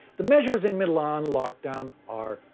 the measures in milan lockdown are,